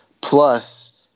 plus